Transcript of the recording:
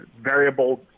variable